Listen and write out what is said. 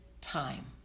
time